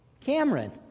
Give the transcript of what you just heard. Cameron